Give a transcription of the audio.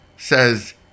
Says